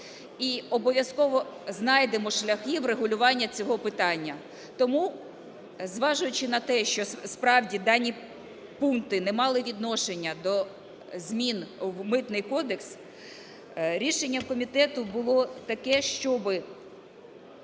і обов'язково знайдемо шляхи врегулювання цього питання. Тому, зважаючи на те, що справді дані пункти не мали відношення до змін у Митний кодекс, рішення комітету було таке, щоби